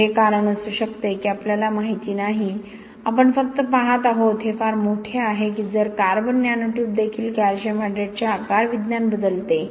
तर हे कारण असू शकते की आपल्याला माहिती नाही आपण फक्त पाहत आहोत हे फार मोठे आहे की जर कार्बन नॅनो ट्यूब देखील कॅल्शियम हायड्रेटचे आकारविज्ञान बदलते